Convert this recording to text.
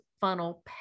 funnel